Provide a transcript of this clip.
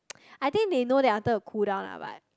I think they know that I wanted to cool down lah but